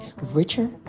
richer